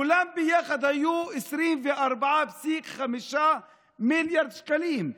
כולם ביחד היו 24.5 מיליארד שקלים.